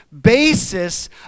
basis